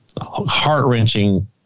heart-wrenching